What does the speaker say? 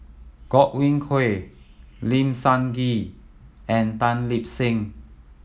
Godwin Koay Lim Sun Gee and Tan Lip Seng